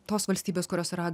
tos valstybės kurios yra